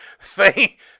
Thank